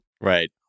Right